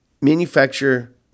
manufacture